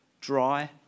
dry